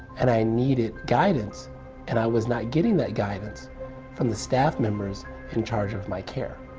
and i needed guidance and i was not getting that guidance from the staff members in charge of my care.